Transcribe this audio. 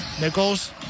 Nichols